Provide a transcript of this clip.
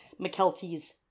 McKelty's